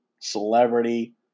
celebrity